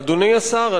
אדוני השר,